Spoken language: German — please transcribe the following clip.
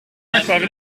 sichtbare